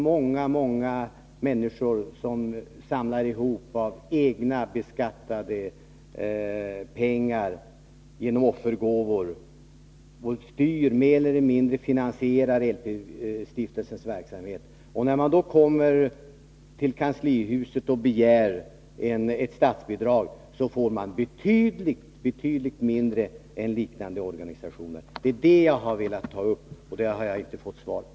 Många människor bidrar med egna, beskattade pengar och finansierar därigenom mer eller mindre LP-stiftelsens verksamhet. När stiftelsen sedan begär statsbidrag får den betydligt mindre än liknande organisationer. Det är det jag har velat ta upp till diskussion. Min fråga på den punkten har jag inte fått något svar på.